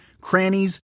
crannies